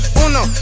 uno